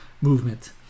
movement